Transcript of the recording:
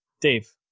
Dave